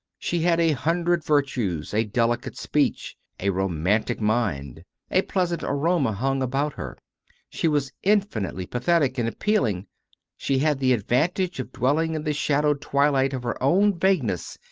she had a hundred virtues, a delicate speech, a romantic mind a pleasant aroma hung about her she was infinitely pathetic and appealing she had the ad vantage of dwelling in the shadowed twilight of her own vagueness,